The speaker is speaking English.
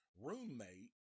roommate